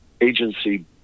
agency